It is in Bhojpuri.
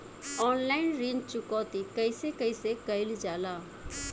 ऑनलाइन ऋण चुकौती कइसे कइसे कइल जाला?